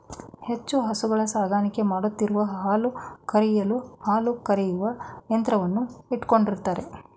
ಹೆಚ್ಚು ಹಸುಗಳ ಸಾಕಣೆ ಮಾಡುತ್ತಿರುವವರು ಹಾಲು ಕರೆಯಲು ಹಾಲು ಕರೆಯುವ ಯಂತ್ರವನ್ನು ಇಟ್ಟುಕೊಂಡಿರುತ್ತಾರೆ